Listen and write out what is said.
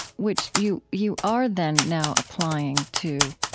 which you you are then now applying to